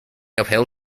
uphill